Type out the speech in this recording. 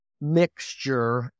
mixture